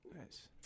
Nice